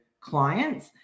clients